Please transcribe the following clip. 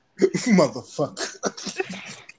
Motherfucker